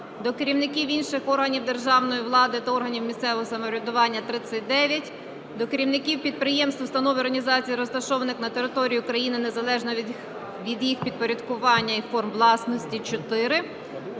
до керівників інших органів державної влади та органів місцевого самоврядування – 39, до керівників підприємств, установ і організацій, розташованих на території України, незалежно від їх підпорядкування і форм власності – 4.